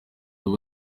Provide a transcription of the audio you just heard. ubu